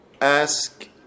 ask